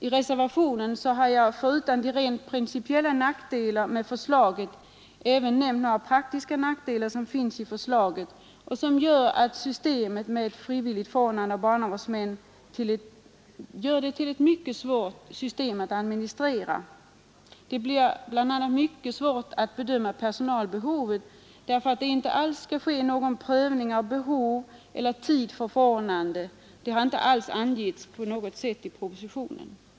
I reservationen har jag förutom de rent principiella nackdelarna med förslaget nämnt några praktiska nackdelar, som gör systemet med frivilligt förordnande av barnavårdsmän mycket svårt att administrera. Det blir bl.a. mycket besvärligt att bedöma personalbehovet, eftersom det inte skall ske någon prövning av behov eller tid för förordnande. Den saken har inte alls nämnts i propositionen.